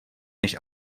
než